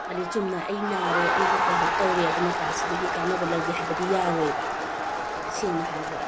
ꯍꯥꯏꯗꯤ ꯆꯨꯝꯅ ꯑꯩ ꯅꯥꯔꯦ ꯑꯩ ꯂꯣꯛ ꯂꯥꯏꯍꯧ ꯇꯧꯔꯦ ꯑꯗꯨꯅ ꯀꯥꯠꯁꯤꯗꯒꯤ ꯀꯥꯟꯅꯕ ꯂꯧꯒꯦ ꯍꯥꯏꯕꯗꯤ ꯌꯥꯔꯣꯏꯑꯕ ꯁꯦꯡꯅ ꯍꯥꯏꯔꯕꯗ